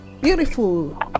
beautiful